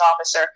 officer